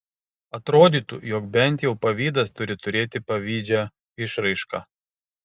atrodytų jog bent jau pavydas turi turėti pavydžią išraišką